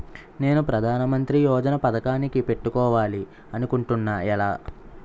నేను ప్రధానమంత్రి యోజన పథకానికి పెట్టుకోవాలి అనుకుంటున్నా ఎలా?